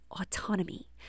autonomy